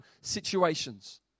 situations